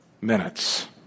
minutes